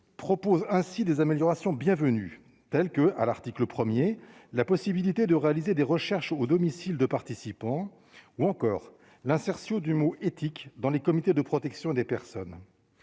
propose ainsi des améliorations bienvenues tels que, à l'article 1er la possibilité de réaliser des recherches au domicile de participants ou encore l'insertion du mot éthique dans les comités de protection des personnes,